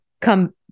come